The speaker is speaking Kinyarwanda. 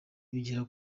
bigera